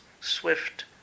swift